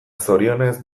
zorionez